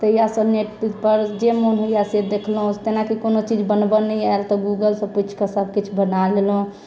तहिआ से नेट पर जे मन होइया से देखलहुँ जेना कोनो चीज बनबऽ नहि आयल तऽ गूगलसंँ पूछिके सब किछु बना लेलहुँ